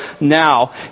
now